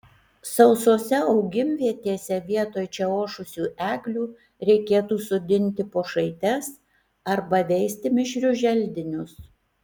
sausose augimvietėse vietoj čia ošusių eglių reikėtų sodinti pušaites arba veisti mišrius želdinius